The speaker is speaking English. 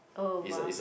oh must